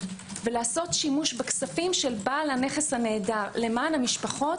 ולעשות שימוש בכספים של בעל הנכס הנעדר למען המשפחות,